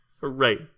Right